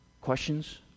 questions